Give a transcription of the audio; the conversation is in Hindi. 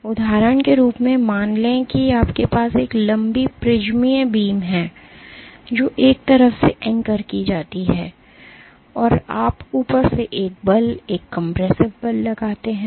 एक उदाहरण के रूप में मान लें कि आपके पास एक लंबी प्रिज्मीय बीम है जो एक तरफ से एंकर की जाती है और आप ऊपर से एक बल एक कम्प्रेसिव बल लगाते हैं